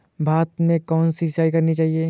भाता में कौन सी सिंचाई करनी चाहिये?